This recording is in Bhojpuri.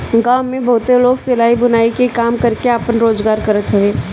गांव में बहुते लोग सिलाई, बुनाई के काम करके आपन रोजगार करत हवे